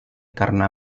karena